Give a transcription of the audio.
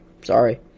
Sorry